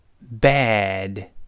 bad